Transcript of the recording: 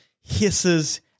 hisses